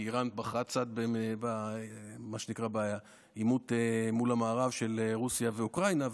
כי איראן בחרה צד במה שנקרא העימות מול המערב של רוסיה ואוקראינה,